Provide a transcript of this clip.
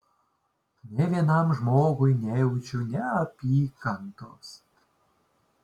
nė vienam žmogui nejaučiu neapykantos